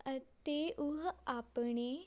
ਅਤੇ ਉਹ ਆਪਣੇ